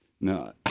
No